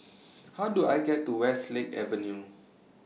How Do I get to Westlake Avenue